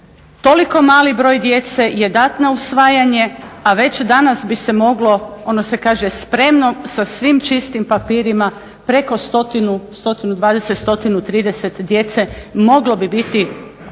toliko mali broj djece je dat na usvajanje a već danas bi se moglo ono što se kaže spremno sa svim čistim papirima preko 120, 130 djece moglo bi biti